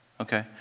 Okay